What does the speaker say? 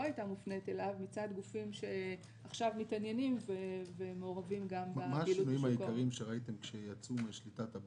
הייתה מופנית אליו מצד גופים שעכשיו מתעניינים ומעורבים גם בפעילות בשוק